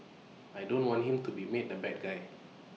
I don't want him to be made the bad guy